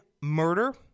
murder